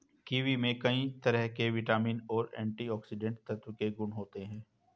kiwi में कई तरह के विटामिन और एंटीऑक्सीडेंट तत्व के गुण होते है